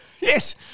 Yes